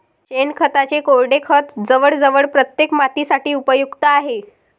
शेणखताचे कोरडे खत जवळजवळ प्रत्येक मातीसाठी उपयुक्त आहे